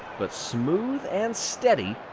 but smooth and steady,